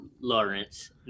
Lawrence